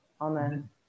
Amen